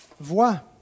Vois